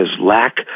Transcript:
lack